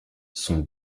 sont